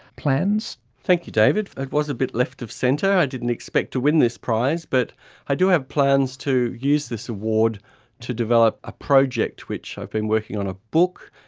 plans? thank you david. it was a bit left-of-centre, i didn't expect to win this prize, but i do have plans to use this award to develop a project which, i've been working on a book,